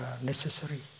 necessary